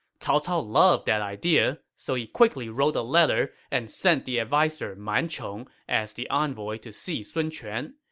cao cao loved that idea, so he quickly wrote a letter and sent the adviser man chong as the envoy to see sun quan.